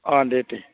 অঁ দে দে